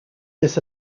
this